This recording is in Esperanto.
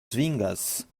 svingas